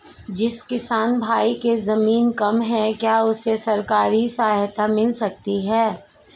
जिस किसान भाई के ज़मीन कम है क्या उसे सरकारी सहायता मिल सकती है?